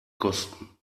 kosten